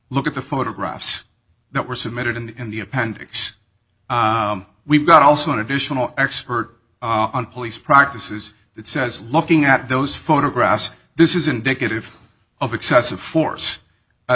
look at the photographs that were submitted and in the appendix we've got also an additional expert on police practices that says looking at those photographs this is indicative of excessive force